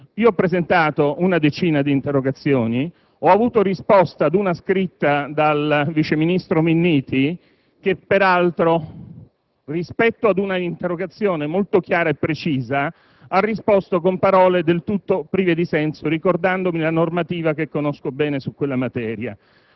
Ho presentato una decina di interrogazioni, ho avuto risposta finora ad una interrogazione scritta dal vice ministro Minniti che, peraltro, rispetto ad una interrogazione molto chiara e precisa, ha risposto con parole del tutto prive di senso, ricordandomi la normativa che conosco bene su quella materia.